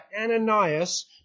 Ananias